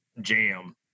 jam